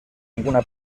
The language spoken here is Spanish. ninguna